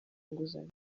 inguzanyo